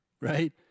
right